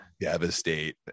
devastate